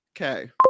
Okay